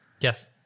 Yes